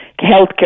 healthcare